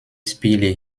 spiele